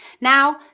now